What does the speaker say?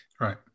Right